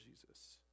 Jesus